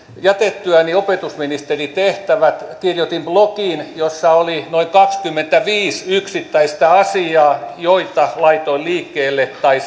jätettyäni opetusministerin tehtävät kirjoitin blogin jossa oli noin kaksikymmentäviisi yksittäistä asiaa joita laitoin liikkeelle tai